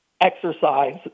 exercise